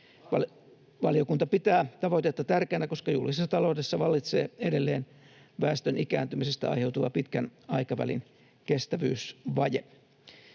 Valiokunta pitää tavoitetta tärkeänä, koska julkisessa taloudessa vallitsee edelleen väestön ikääntymisestä aiheutuva pitkän aikavälin kestävyysvaje.